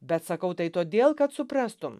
bet sakau tai todėl kad suprastum